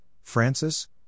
Francis